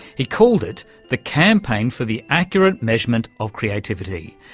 he called it the campaign for the accurate measurement of creativity.